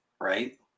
right